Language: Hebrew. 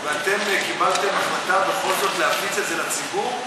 ואתם קיבלתם החלטה בכל זאת להפיץ את זה לציבור,